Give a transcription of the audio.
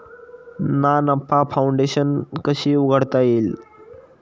ना नफा फाउंडेशन कशी उघडता येईल?